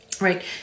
right